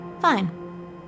Fine